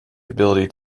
ability